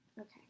Okay